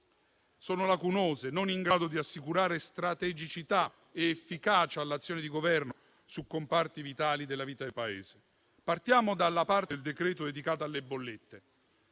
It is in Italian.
Sono lacunose e non in grado di assicurare strategicità ed efficacia all'azione di Governo su comparti vitali della vita del Paese a cominciare dalla parte del decreto dedicata alle bollette.